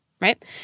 Right